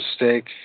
mistake